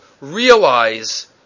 realize